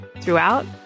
Throughout